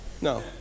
no